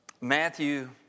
Matthew